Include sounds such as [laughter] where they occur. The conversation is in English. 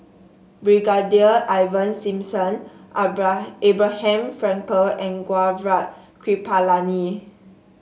Brigadier Ivan Simson [unintelligible] Abraham Frankel and Gaurav Kripalani